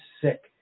sick